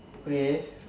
okay